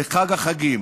לחג החגים.